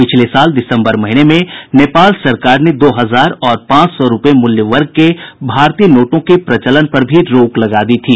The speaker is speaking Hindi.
पिछले साल दिसम्बर महीने में नेपाल सरकार ने दो हजार और पांच सौ रूपये मूल्य वर्ग के भारतीय नोटों के प्रचलन पर भी रोक लगा दी थी